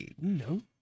no